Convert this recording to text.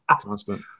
constant